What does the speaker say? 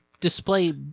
display